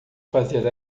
fazer